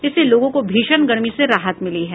इससे लोगों को भीषण गर्मी से राहत मिली है